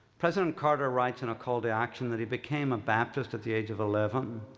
president carter writes in a call to action that he became a baptist at the age of eleven,